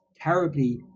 terribly